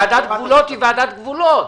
ועדת גבולות היא ועדת גבולות.